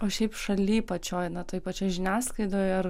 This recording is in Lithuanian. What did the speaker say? o šiaip šaly pačioj na toj pačioj žiniasklaidoj ar